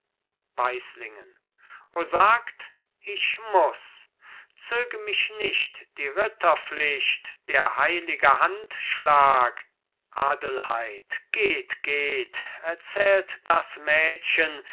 weislingen o sagt ich muß zöge mich nicht die ritterpflicht der heilige handschlag adelheid geht geht erzählt das mädchen